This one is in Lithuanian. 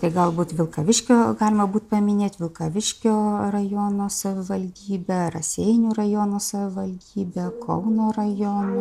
tai galbūt vilkaviškio galima būt paminėt vilkaviškio rajono savivaldybę raseinių rajono savivaldybę kauno rajono